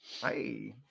Hi